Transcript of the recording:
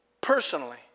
personally